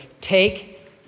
take